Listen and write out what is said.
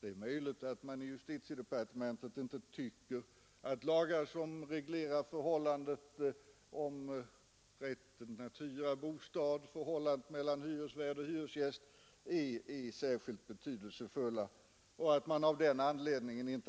Det är möjligt att man i justitiedepartementet inte tycker att lagar som reglerar rätten att hyra bostad och förhållandet mellan hyresvärd och hyresgäst är särskilt betydelsefulla och att man av den anledningen